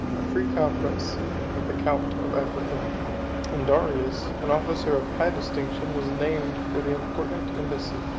a free conference with the count of africa and darius, an officer of high distinction, was named for the important embassy.